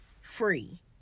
free